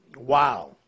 Wow